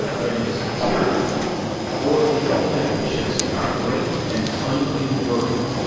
when its tyranny or its inefficiency are great and unendurable.